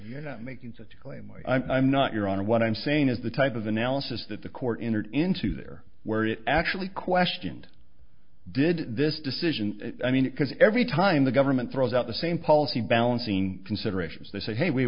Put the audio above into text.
you're not making such a claim i'm not you're on what i'm saying is the type of analysis that the court entered into there where it actually questioned did this decision i mean because every time the government throws out the same policy balancing considerations they say hey we